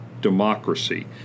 democracy